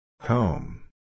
Home